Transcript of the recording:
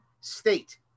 state